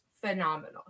phenomenal